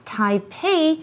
Taipei